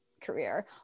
career